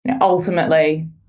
Ultimately